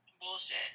Bullshit